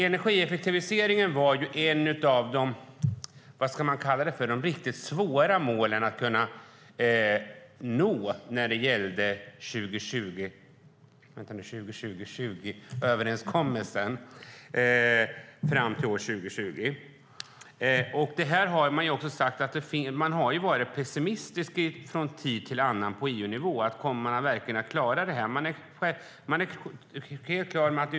Energieffektiviseringen var ett av de riktigt svåra målen att nå när det gällde 20-20-20-överenskommelsen. Man har också på EU-nivå varit pessimistisk från tid till annan när det gäller om man verkligen kommer att klara detta.